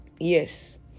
Yes